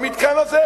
במתקן הזה,